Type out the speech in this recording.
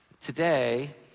Today